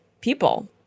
people